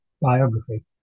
biography